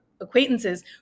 acquaintances